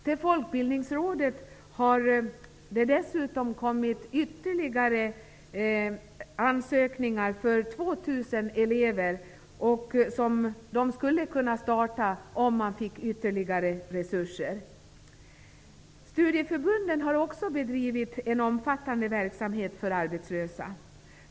Till Folkbildningsrådet har det dessutom kommit ytterligare ansökningar om bidrag för 2 000 elever som skulle kunna påbörja en utbildning, om Folkbildningsrådet fick ytterligare resurser. Studieförbunden har också bedrivit en omfattande verksamhet för arbetslösa.